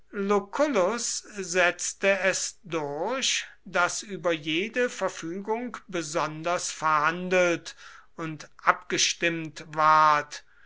setzte es durch daß über jede verfügung besonders verhandelt und abgestimmt ward